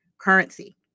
currency